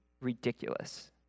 ridiculous